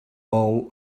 all